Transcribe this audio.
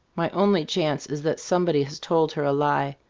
my only chance is that somebody has told her a lie.